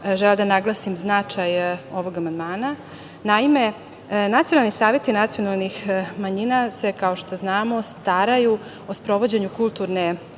želela da naglasim značaj ovog amandmana. Naime, nacionalni saveti nacionalnih manjina se, kao što znamo, staraju o sprovođenju kulturne